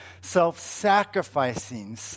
self-sacrificing